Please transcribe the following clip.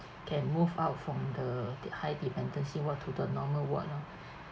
can move out from the the high dependency ward to the normal ward lor